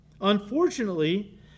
Unfortunately